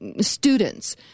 students